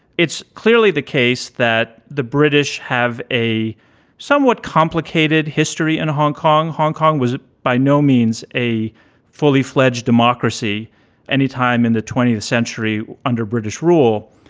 it's clearly the case that the british have a somewhat complicated history in and hong kong. hong kong was by no means a fully fledged democracy any time in the twentieth century under british rule.